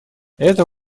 это